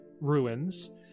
ruins